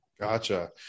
Gotcha